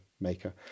maker